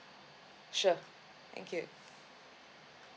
sure thank you